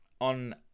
on